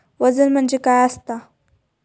वजन म्हणजे काय असता?